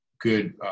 good